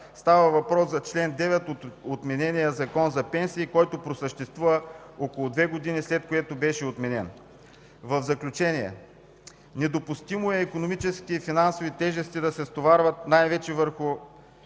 Става въпрос за чл. 9 от отменения Закон за пенсиите, който просъществува около две години, след което беше отменен. В заключение – недопустимо е икономическите и финансови тежести да се стоварват най-вече върху